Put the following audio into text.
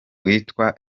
witwa